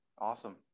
Awesome